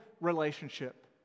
relationship